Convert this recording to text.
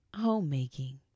homemaking